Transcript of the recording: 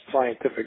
scientific